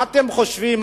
מה אתם חושבים?